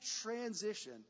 transition